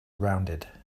rounded